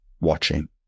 watching